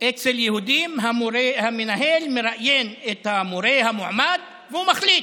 אצל יהודים המנהל מראיין את המורה המועמד והוא מחליט.